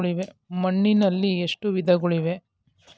ಮಣ್ಣಿನಲ್ಲಿ ಎಷ್ಟು ವಿಧಗಳಿವೆ?